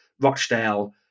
Rochdale